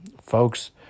folks